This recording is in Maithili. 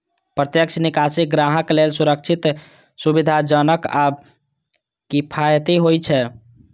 प्रत्यक्ष निकासी ग्राहक लेल सुरक्षित, सुविधाजनक आ किफायती होइ छै